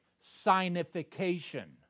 signification